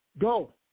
Go